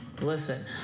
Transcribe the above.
Listen